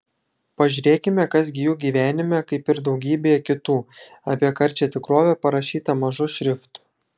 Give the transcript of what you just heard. pažiūrėkime kas gi jų gyvenime kaip ir daugybėje kitų apie karčią tikrovę parašyta mažu šriftu